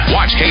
Watch